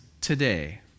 today